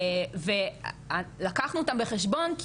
ולקחנו אותם בחשבון,